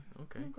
okay